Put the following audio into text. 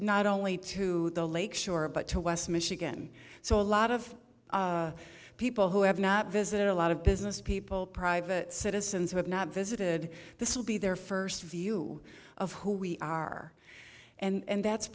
not only to the lake shore but to west michigan so a lot of people who have not visited a lot of business people private citizens who have not visited this will be their first view of who we are and that's